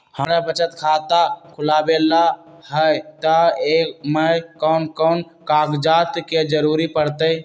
हमरा बचत खाता खुलावेला है त ए में कौन कौन कागजात के जरूरी परतई?